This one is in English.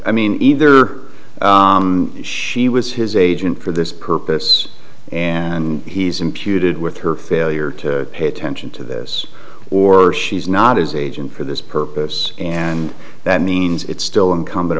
i mean either she was his agent for this purpose and he's imputed with her failure to pay attention to this or she's not his agent for this purpose and that means it's still incumbent